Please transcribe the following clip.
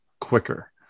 quicker